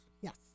Yes